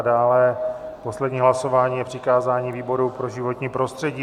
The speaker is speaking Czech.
A dále, poslední hlasování je přikázání výboru pro životní prostředí.